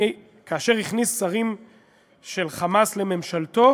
כאשר הוא הכניס שרים של "חמאס" לממשלתו